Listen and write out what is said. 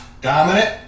Dominant